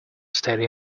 steady